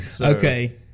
Okay